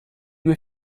due